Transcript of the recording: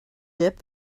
dip